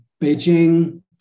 Beijing